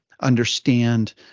understand